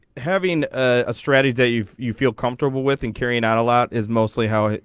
having a strategy that you've you feel comfortable with in carrying out a lot is mostly how i.